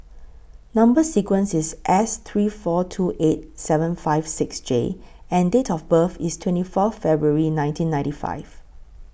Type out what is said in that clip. Number sequence IS S three four two eight seven five six J and Date of birth IS twenty four February nineteen ninety five